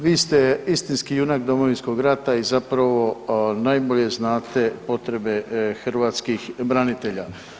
Vi ste istinski junak Domovinskog rata i za pravo najbolje znate potrebe hrvatskih branitelja.